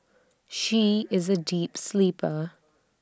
she is A deep sleeper